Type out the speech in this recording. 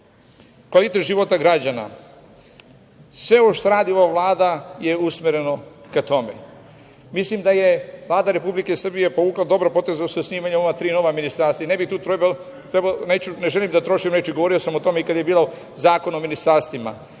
zemlje. Kvalitet života građana - sve ovo što radi ova Vlada je usmereno ka tome. Mislim da je Vlada Republike Srbije povukla dobar potez osnivanjem ova nova tri ministarstva. Ne želim tu da trošim reči, govorio sam o tome i kad je bio Zakon o ministarstvima,